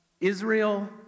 Israel